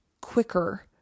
quicker